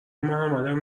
محمدم